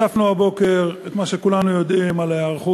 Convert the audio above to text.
ולשרים לומר עליהם,